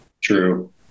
True